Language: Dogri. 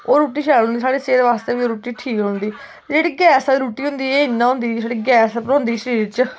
ओह् रुट्टी शैल होंदी ओह् रुट्टी साढ़ी सेह्त आस्तै बी ठीक होंदी जेह्ड़ी गैस आह्ली रुट्टी होंदी एह् इ'यां गै होंदी छड़ी गैस भरोंदी शरीर च